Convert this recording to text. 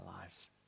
lives